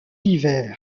divers